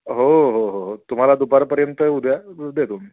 हो हो हो हो तुम्हाला दुपारपर्यंत उद्या देतो मी